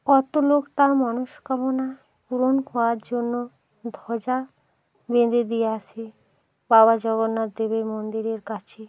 কত লোক তার মনস্কামনা পূরণ করার জন্য ধ্বজা বেঁধে দিয়ে আসে বাবা জগন্নাথ দেবের মন্দিরের কাছে